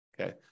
Okay